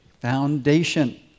Foundation